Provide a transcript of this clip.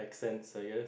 sands I guess